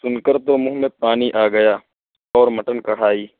سن کر تو منہ میں پانی آ گیا اور مٹن کڑھائی